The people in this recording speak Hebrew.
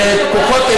בכוחות,